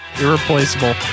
Irreplaceable